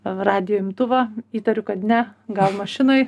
radijo imtuvo įtariu kad ne gal mašinoj